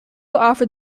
offered